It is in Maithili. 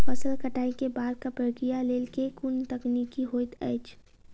फसल कटाई केँ बादक प्रक्रिया लेल केँ कुन तकनीकी होइत अछि?